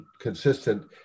consistent